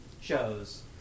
shows